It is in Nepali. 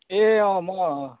ए अँ म